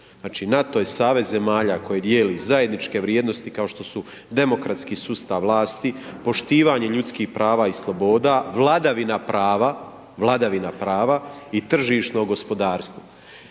Znači NATO je savez zemalja koji dijeli zajedničke vrijednosti kao što su demokratski sustav vlasti, poštivanje ljudskih prava i sloboda, vladavina prava, vladavina prava i tržišno gospodarstvo